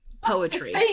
poetry